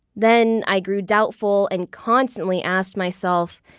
then, i grew doubtful and constantly asked myself,